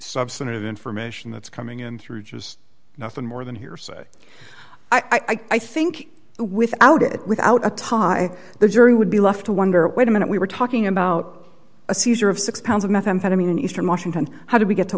substantive information that's coming in through just nothing more than hearsay i think without it without a tie the jury would be left to wonder wait a minute we were talking about a seizure of six pounds of methamphetamine in eastern washington how do we get to